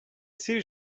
سیر